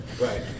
Right